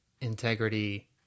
integrity